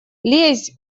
лезь